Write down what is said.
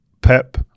Pep